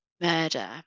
murder